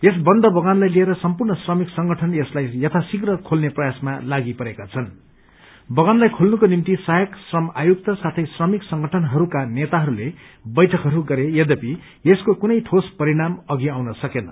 यस बन्द बगानलाई लिएर वसर्म्पूण श्रमिक संगठन यसलाई यथाशीघ्र खेल्ने प्रयासमा लागपरेकाछन् बगानलाइ खेल्नुको निम्ति सहायत श्रम आयुक्त साथै श्रमिकसंगठनहरूको नेताहरूले बैठकहरू गरे यद्यपि यसको कुनै ठोस परिणाम अघि आउन सकेन